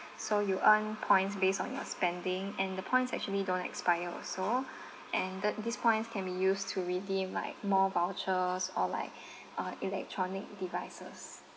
so you earn points based on your spending and the points actually don't expire also and the these points can be used to redeem like more vouchers or like uh electronic devices